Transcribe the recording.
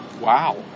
Wow